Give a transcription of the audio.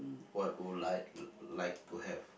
what will I like to have